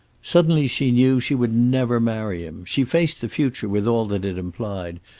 suddenly she knew she would never marry him. she faced the future, with all that it implied,